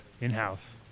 in-house